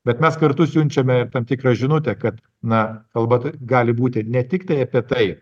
bet mes kartu siunčiame ir tam tikrą žinote kad na kalba tai gali būti ne tik tai apie tai